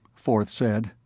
forth said,